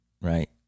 right